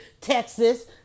Texas